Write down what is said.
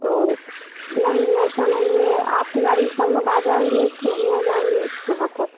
तो नहीं ऐसा नहीं है आपकी गाड़ी में सब आ जाएँगे कि नहीं आ जाएँगे वहाँ तक